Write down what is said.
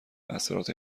اثرات